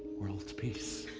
world peace